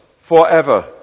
forever